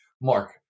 Mark